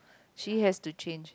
she has to change